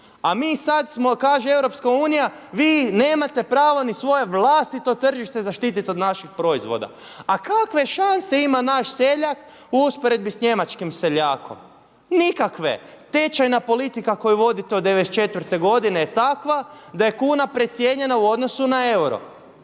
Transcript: A mi sad smo, kaže EU, vi nemate pravo ni svoje vlastito tržište zaštititi od naših proizvoda. A kakve šanse ima naš seljak u usporedbi sa njemačkim seljakom? Nikakve. Tečajna politika koju vodite od '94. godine je takva da je kuna precijenjena u odnosu na euro.